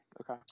Okay